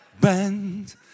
Bend